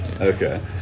Okay